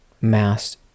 mass